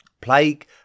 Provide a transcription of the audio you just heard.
Plague